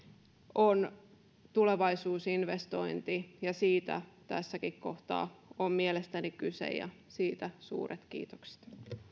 on tulevaisuusinvestointi ja siitä tässäkin kohtaa on mielestäni kyse ja siitä suuret kiitokset